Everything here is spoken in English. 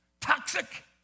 toxic